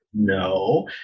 no